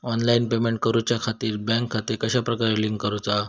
Online payment करुच्याखाती bank खाते कश्या प्रकारे लिंक करुचा?